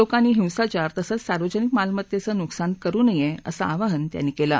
लोकांनी हिंसाचार तसंच सार्वजनिक मालमत्तद्वीनुकसान करु नय असं आवाहन त्यांनी कलि